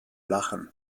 lachen